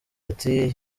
ati